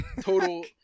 total